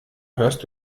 hörst